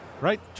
Right